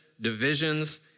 divisions